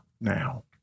now